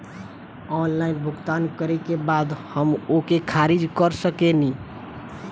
Online भुगतान करे के बाद हम ओके खारिज कर सकेनि?